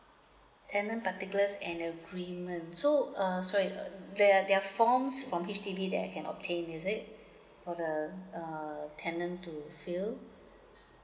tenant particulars and agreement so uh sorry there there are forms from H_D_B that I can obtain is it for the uh tenant to fill